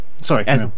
Sorry